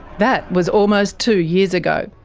that was almost two years ago.